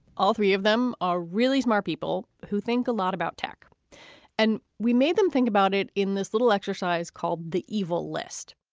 all three of them are really smart people who think a lot about tech and we made them think about it in this little exercise called the evil list